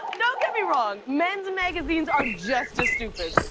now, don't get me wrong. men's magazines are just as stupid.